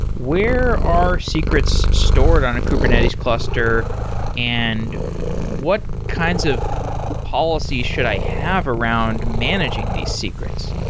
where are secrets stored on a kubernetes cluster and what kinds of policy should i have around managing these secrets?